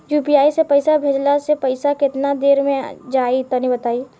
UPI से पईसा भेजलाऽ से पईसा केतना देर मे जाई तनि बताई?